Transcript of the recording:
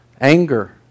Anger